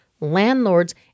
landlords